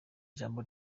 ijambo